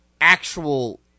actual